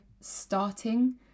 starting